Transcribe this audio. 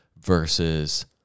versus